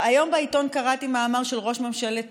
היום בעיתון קראתי מאמר של ראש ממשלת